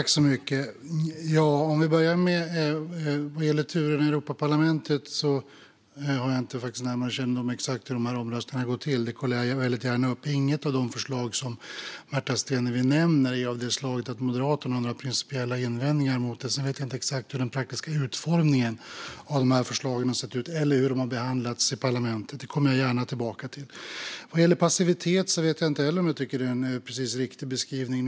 Fru talman! Vad gäller turerna i Europaparlamentet har jag inte närmare kännedom om exakt hur de här omröstningarna går till. Det kollar jag väldigt gärna upp. Inget av de förslag som Märta Stenevi nämner är av det slaget att Moderaterna har några principiella invändningar. Sedan vet jag inte exakt hur den praktiska utformningen av förslagen har sett ut eller hur de har behandlats i parlamentet. Det kommer jag gärna tillbaka till. Vad gäller passivitet vet jag inte om jag tycker att det är en precis riktig beskrivning.